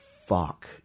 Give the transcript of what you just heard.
Fuck